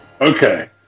Okay